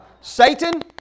Satan